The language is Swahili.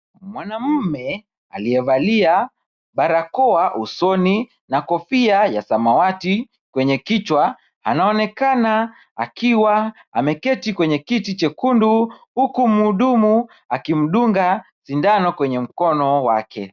Mwanamme aliyevalia barakao usoni na kofia ya samawati kwenye kichwa anaonekana akiwa ameketi kwenye kiti chekundu huku mhudumu akimdunga sindano kwenye mkono wake.